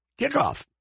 kickoff